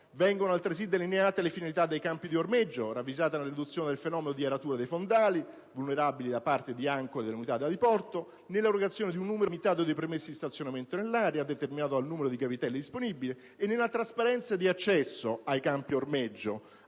Vengono altresì delineate le finalità dei campi di ormeggio, ravvisate nella riduzione del fenomeno di aratura dei fondali, vulnerabili da parte di ancore delle unità da diporto; nell'erogazione di un numero limitato di permessi di stazionamento nell'area, determinato dal numero di gavitelli disponibili, e nella trasparenza di accesso ai campi ormeggio